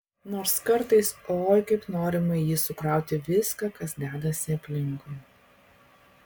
nors kartais oi kaip norima į jį sukrauti viską kas dedasi aplinkui